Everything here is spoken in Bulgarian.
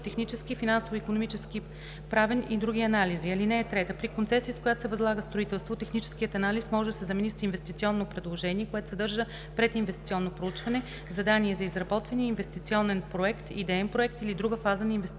технически, финансово-икономически, правен и други анализи. (3) При концесия, с която се възлага строителство, техническият анализ може да се замени с инвестиционно предложение, което съдържа прединвестиционно проучване, задание за изработване на инвестиционен проект, идеен проект или друга фаза на инвестиционния